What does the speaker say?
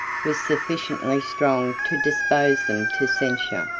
was sufficiently strong to dispose them to censure,